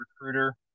recruiter